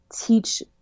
teach